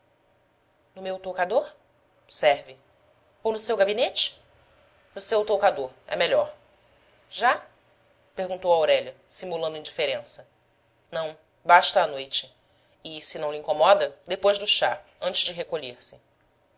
no meu toucador serve ou no seu gabinete no seu toucador é melhor já perguntou aurélia simulando indiferença não basta à noite e se não lhe incomoda depois do chá antes de recolher-se